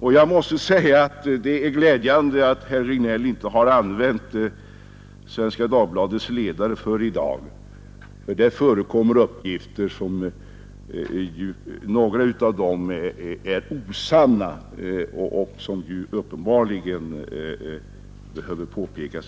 och jag måste säga att det är glädjande att herr Regnéll inte har använt Svenska Dagbladets ledare för i dag. Några av de uppgifter som förekommer där är uppenbarligen osanna, och det behöver påpekas.